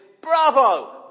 bravo